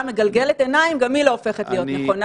מגלגלת עיניים גם היא לא הופכת להיות נכונה.